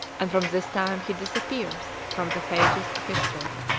and from this time he disappears from the pages of history.